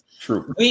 True